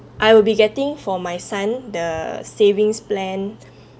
I will be getting for my son the savings plan